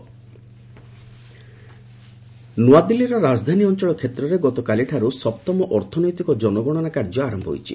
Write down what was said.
economic census ନ୍ତଆଦିଲ୍ଲୀର ରାଜଧାନୀ ଅଞ୍ଚଳ କ୍ଷେତ୍ରରେ ଗତକାଲିଠାରୁ ସପ୍ତମ ଅର୍ଥନୈତିକ ଜନଗଣନା କାର୍ଯ୍ୟ ଆରମ୍ଭ ହୋଇଛି